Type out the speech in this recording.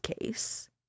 case